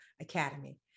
Academy